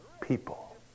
people